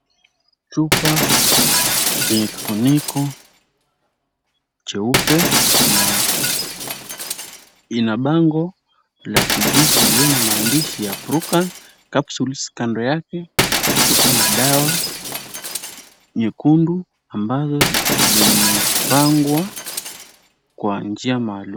Chupa yenye kifuniko cheupe na ina bango la kijivu lililo na maandishi ya Prucan Capsules. Kando yake tupo na dawa nyekundu ambazo zimepangwa kwa njia maalum.